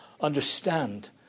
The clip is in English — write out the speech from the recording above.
understand